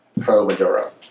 pro-Maduro